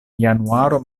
januaro